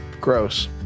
Gross